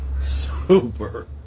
super